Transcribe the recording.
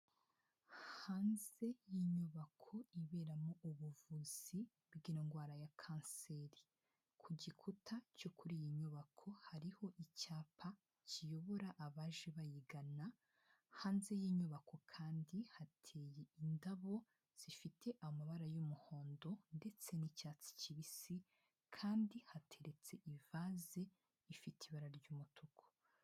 Hanze y'inyubako iberamo ubuvuzi bw'indwara ya kanseri. Ku gikuta cyo kuri iyi nyubako hariho icyapa kiyobora abaje bayigana, hanze y'inyubako kandi hateye indabo zifite amabara y'umuhondo ndetse n'icyatsi kibisi kandi hateretse ivaze ifite ibara ry'umutuku.